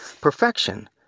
perfection